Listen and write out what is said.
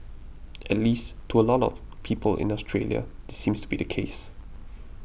at least to a lot of people in Australia this seems to be the case